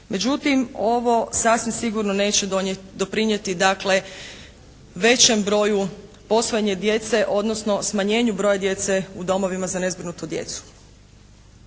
Međutim, ovo sasvim sigurno neće doprinijeti dakle većem broju posvojene djece odnosno smanjenju broja djece u domovima za nezbrinutu djecu.